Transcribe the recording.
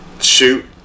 shoot